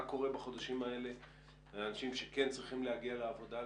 מה קורה בחודשים האלה לאנשים שכן צריכים להגיע לעבודה,